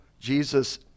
Jesus